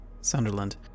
Sunderland